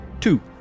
Two